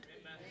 Amen